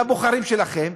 לבוחרים שלכם: